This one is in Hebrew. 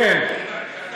אנחנו מודים.